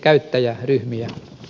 arvoisa puhemies